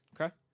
Okay